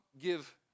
give